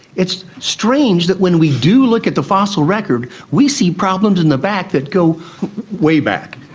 it's strange that when we do look at the fossil record we see problems in the back that go way back,